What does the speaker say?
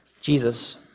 Jesus